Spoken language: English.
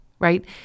right